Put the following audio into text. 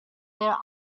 their